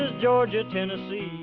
georgia, tennessee.